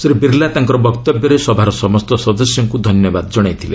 ଶ୍ରୀ ବିର୍ଲା ତାଙ୍କର ବକ୍ତବ୍ୟରେ ସଭାର ସମସ୍ତ ସଦସ୍ୟଙ୍କୁ ଧନ୍ୟବାଦ ଜଣାଇଥିଲେ